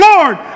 Lord